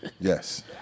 Yes